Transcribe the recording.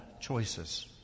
choices